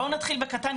בואו נתחיל בקטן,